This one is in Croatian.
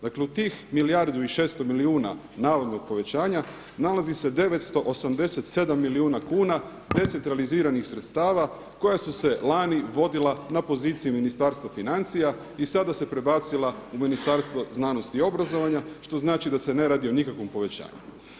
Dakle u tih 1 milijardu i 600 milijuna navodnog povećanja nalazi se 987 milijuna kuna decentraliziranih sredstva koja su se lani vodila na poziciji Ministarstva financija i sada se prebacila u Ministarstvo znanosti i obrazovanja što znači da se ne radi o nikakvom povećanju.